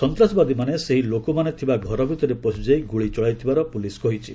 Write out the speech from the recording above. ସନ୍ତାସବାଦୀମାନେ ସେହି ଲେକମାନେ ଥିବା ଘର ଭିତରେ ପଶିଯାଇ ଗୁଳି ଚଳାଇଥିବାର ପୁଲିସ୍ କହିଛି